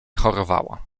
chorowała